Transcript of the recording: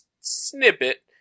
snippet